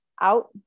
out